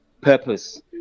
purpose